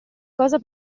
cosa